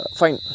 fine